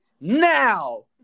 now